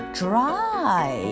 dry